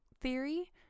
theory